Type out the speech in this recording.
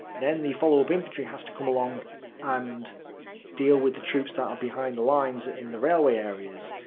then the follow-up infantry has to come along and deal with the troops that are behind the lines in the railway areas.